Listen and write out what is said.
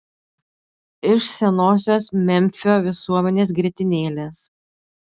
iš senosios memfio visuomenės grietinėlės